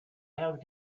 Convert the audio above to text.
have